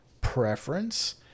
preference